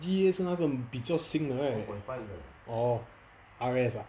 G_E_A 是那个比较新的 right orh R_S ah